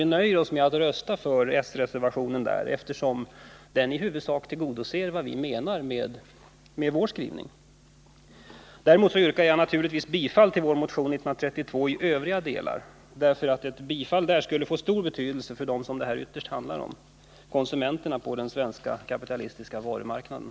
Vi nöjer oss här med att rösta för s-reservationen, eftersom den i huvudsak tillgodoser vad vi menar med vår skrivning. Däremot yrkar jag naturligtvis bifall till vår motion 1932 i övriga delar därför att ett bifall till den skulle få stor betydelse för dem som det ytterst handlar om: konsumenterna på den svenska kapitalistiska varumarknaden.